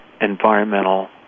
environmental